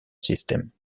system